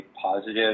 positive